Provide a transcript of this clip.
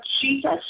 Jesus